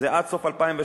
זה עד סוף 2013,